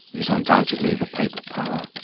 is undoubtedly the papal power,